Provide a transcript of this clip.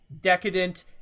decadent